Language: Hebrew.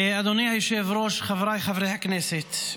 אדוני היושב-ראש, חבריי חברי הכנסת,